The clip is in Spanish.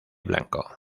blanco